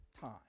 time